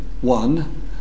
one